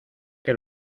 que